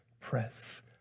press